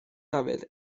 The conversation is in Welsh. dafydd